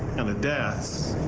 and the deaths.